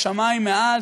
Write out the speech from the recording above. השמים מעל,